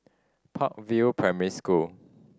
Park View Primary School